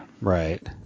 right